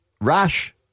rash